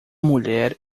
mulher